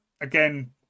again